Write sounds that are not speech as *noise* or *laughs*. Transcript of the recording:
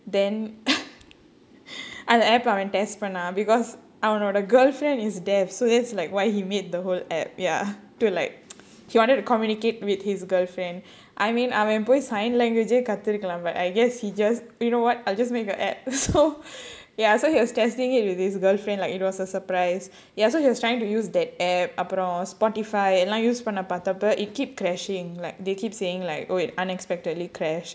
then *laughs* அந்த:andha app ah test பண்ணான்:pannaan because I don't know the girlfriend is deaf so that's like why he made the whole app ya to like *noise* he wanted to communicate with his girlfriend I mean அவன் போய்:avan poi sign languages கத்துருக்கலாம்:kathurukkalaam but I guess he just you know what I'll just make a app so ya so he was testing it with his girlfriend like it was a surprise ya so he was trying to use that app அப்புறம்:appuram Spotify எல்லாம்:ellaam it keep crashing like they keep saying like oh it unexpectedly crashed